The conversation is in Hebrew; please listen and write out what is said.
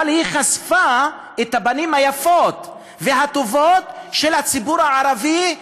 אבל היא חשפה את הפנים היפות והטובות של הציבור הערבי,